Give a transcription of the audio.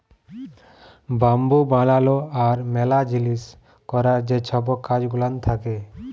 bamboo বালালো আর ম্যালা জিলিস ক্যরার যে ছব কাজ গুলান থ্যাকে